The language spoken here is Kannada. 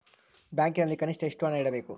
ಬ್ಯಾಂಕಿನಲ್ಲಿ ಕನಿಷ್ಟ ಎಷ್ಟು ಹಣ ಇಡಬೇಕು?